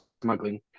smuggling